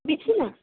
বেশি না